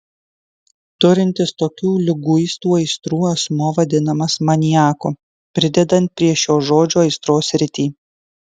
turintis tokių liguistų aistrų asmuo vadinamas maniaku pridedant prie šio žodžio aistros sritį